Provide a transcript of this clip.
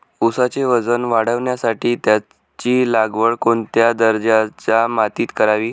ऊसाचे वजन वाढवण्यासाठी त्याची लागवड कोणत्या दर्जाच्या मातीत करावी?